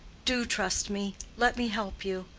do trust me. let me help you.